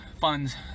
funds